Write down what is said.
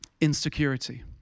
insecurity